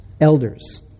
elders